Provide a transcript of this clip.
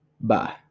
bye